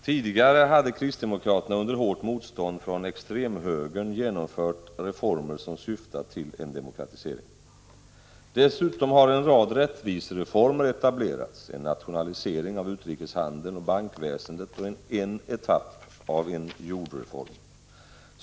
Tidigare hade kristdemokraterna, med hårt motstånd från extremhögern, genomfört reformer som syftade till en demokratisering. Dessutom har en rad rättvisereformer etablerats: en nationalisering av utrikeshandeln och bankväsendet och en etapp av en jordreform.